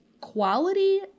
quality